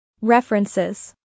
references